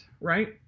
Right